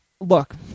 look